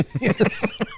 Yes